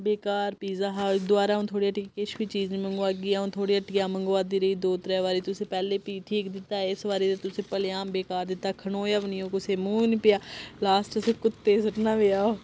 बेकार पिज्जा हा दबारा आ'ऊं थुआढ़ी हट्टिया किश बी नी मंगवागी आ'ऊं थुआढ़ी हट्टिया गै मंगवांदी रेही दो त्रै बारी तुसें पैह्ले फ्ही ठीक दित्ता इस बारी ते तुसें भलेआं गै बेकार दिता खनोएआ बी नेईं ओह् कुसै मूंह बी नेईं पेआ लास्ट असें कुत्ते सुट्टना पेआ ओह्